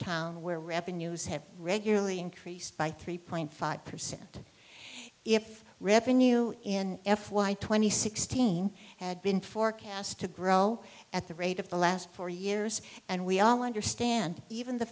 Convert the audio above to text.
town where revenues have regularly increased by three point five percent if revenue in f y twenty sixteen had been forecast to grow at the rate of the last four years and we all understand even the